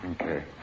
Okay